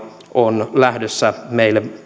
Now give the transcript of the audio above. on lähdössä meille